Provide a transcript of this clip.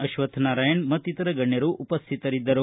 ಅಶ್ವಥ್ನಾರಾಯಣ್ ಮತ್ತಿತರ ಗಣ್ಯರು ಉಪಸ್ಥಿತರಿದ್ದರು